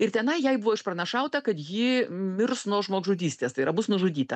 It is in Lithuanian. ir tenai jai buvo išpranašauta kad ji mirs nuo žmogžudystės tai yra bus nužudyta